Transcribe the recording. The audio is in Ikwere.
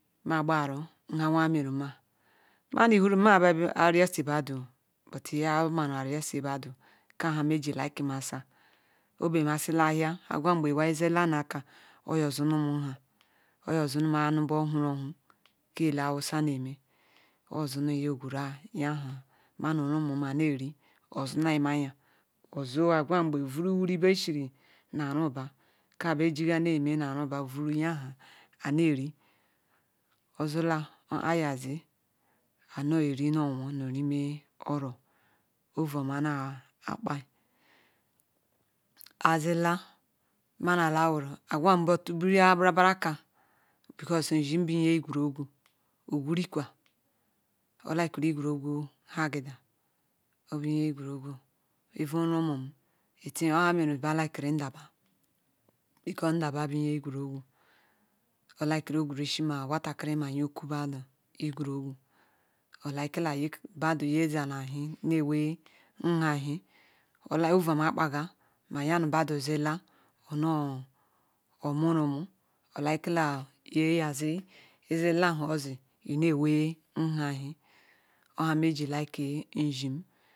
ma gbara nha nkuya merama manu ihurum ma are sa badu but gamaru anga badu ka ha meji lilamaja obimasega oghea mbe iwai zila nuka oyor zanum oha oyor za num ana borharo hor ke ebe Hausa be me ozunuya o gweru a yabu ya manu ramun areri oza nai maga ogwa mbe ovina wiri ba shien nu aru ba kiyam beneme nu anaba ouonu yarha aneri ozila oyezi aneri no wor nu Rime oro ouu oma nakpai azi agwa ma na lanu agwa bu otubiri ibiriaka because izim bunye igwurogwu ogwirikwa o lven igwurogwu keagida obunye igwuregwu zhnu rimum o ha mera ba waru nda ba because nda ba bunye igwarigwu olelau ogwuri shie ma wetari manye okobda igwurokwu o like lu nye zia na hia be we nhie ovu oma kpama ma ija bada zila onu muru ome wen hie oha meji lilie nziem